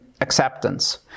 acceptance